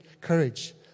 courage